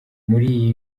muri